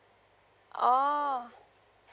oh